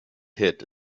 hid